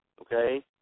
okay